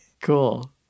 Cool